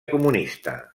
comunista